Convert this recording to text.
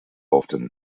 often